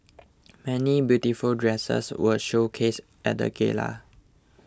many beautiful dresses were showcased at the gala